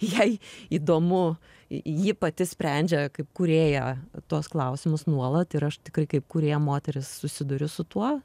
jai įdomu ji pati sprendžia kaip kūrėja tuos klausimus nuolat ir aš tikrai kaip kūrėja moteris susiduriu su tuo